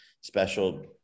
special